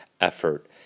effort